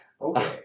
Okay